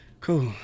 Cool